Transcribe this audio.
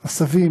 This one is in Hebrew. הסבים,